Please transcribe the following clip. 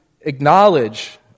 acknowledge